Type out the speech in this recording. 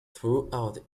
throughout